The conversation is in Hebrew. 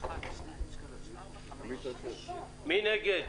מי נגד?